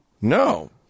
No